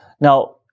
Now